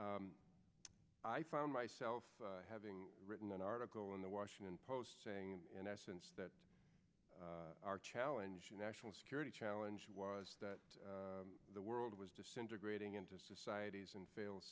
i found myself having written an article in the washington post saying in essence that our challenge in national security challenge was that the world was disintegrating into societies and fail